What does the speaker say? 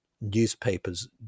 newspapers